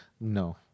no